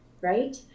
right